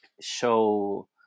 show